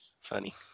Funny